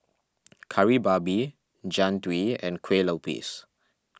Kari Babi Jian Dui and Kueh Lupis